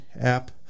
app